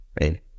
right